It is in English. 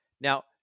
Now